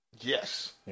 yes